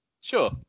Sure